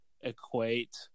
equate